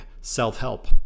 self-help